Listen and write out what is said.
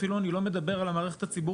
אפילו אני לא מדבר על המערכת הציבורית,